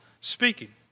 speaking